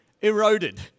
eroded